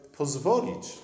pozwolić